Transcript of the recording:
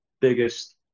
biggest